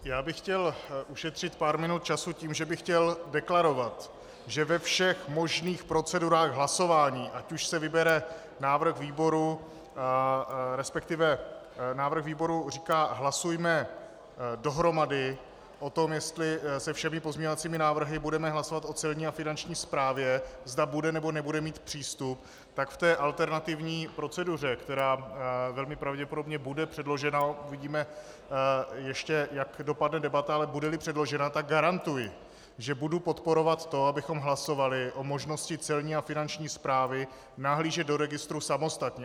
Já bych chtěl ušetřit pár minut času tím, že bych chtěl deklarovat, že ve všech možných procedurách hlasování, ať už se vybere návrh výboru, respektive návrh výboru říká: hlasujme dohromady o tom, jestli se všemi pozměňovacími návrhy budeme hlasovat o Celní a Finanční správě, zda bude, nebo nebude mít přístup, tak v té alternativní proceduře, která velmi pravděpodobně bude předložena, uvidíme ještě, jak dopadne debata, ale budeli předložena, tak garantuji, že budu podporovat to, abychom hlasovali o možnosti Celní a Finanční správy nahlížet do registru samostatně.